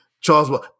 Charles